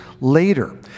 later